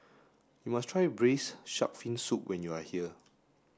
you must try braised shark fin soup when you are here